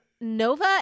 Nova